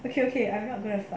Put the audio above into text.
okay okay I'm not going to fart